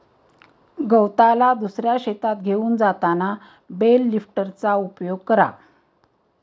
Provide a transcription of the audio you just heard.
गवताला दुसऱ्या शेतात घेऊन जाताना बेल लिफ्टरचा उपयोग करा